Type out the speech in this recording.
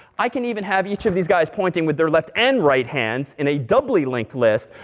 i can even have each of these guys pointing with their left and right hands in a doubly linked list,